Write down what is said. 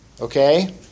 Okay